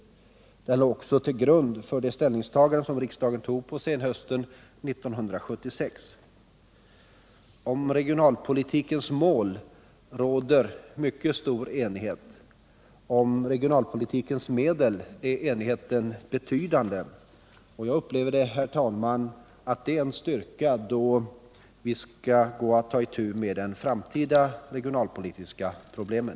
Den låg också till grund för det ställningsstagande som Om regionalpolitikens mål råder mycket stor enighet, och om regionalpolitikens medel är enigheten betydande. Jag upplever detta, herr talman, som en styrka då vi skall ta itu med de framtida regionalpolitiska problemen.